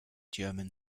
german